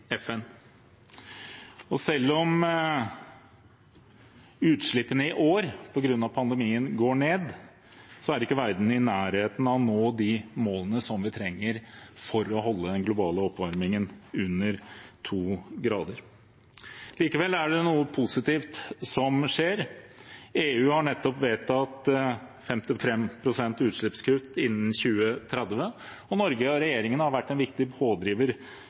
FN. Selv om utslippene i år går ned på grunn av pandemien, er ikke verden i nærheten av å nå de målene vi trenger for å holde den globale oppvarmingen under to grader. Likevel er det noe positivt som skjer. EU har nettopp vedtatt 55 pst. utslippskutt innen 2030, og Norge og regjeringen har vært en viktig pådriver